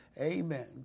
Amen